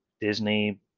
Disney